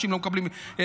שאמרו שהכול בסדר?